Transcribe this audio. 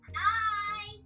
Hi